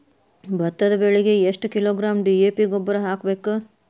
ಭತ್ತದ ಬೆಳಿಗೆ ಎಷ್ಟ ಕಿಲೋಗ್ರಾಂ ಡಿ.ಎ.ಪಿ ಗೊಬ್ಬರ ಹಾಕ್ಬೇಕ?